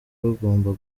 rugomba